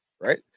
Right